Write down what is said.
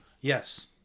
Yes